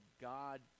God